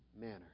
manner